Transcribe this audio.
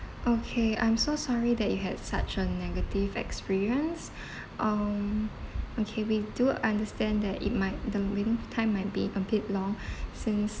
okay I'm so sorry that you had such a negative experience um okay we do understand that it might the waiting time might be a bit long since